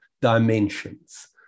dimensions